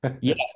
Yes